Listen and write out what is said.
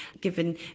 given